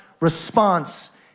response